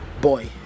boy